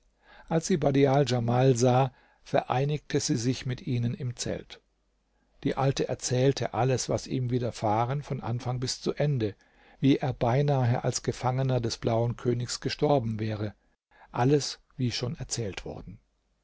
als sie badial djamal sah vereinigte sie sich mit ihnen im zelt die alte erzählte alles was ihm widerfahren von anfang bis zu ende wie er beinahe als gefangener des blauen königs gestorben wäre alles wie schon erzählt worden